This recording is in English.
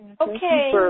Okay